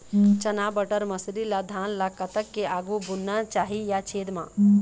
चना बटर मसरी ला धान ला कतक के आघु बुनना चाही या छेद मां?